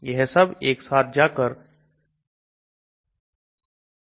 यह सब एक साथ जाकर Bupranolol indenolol पर खत्म होती हैं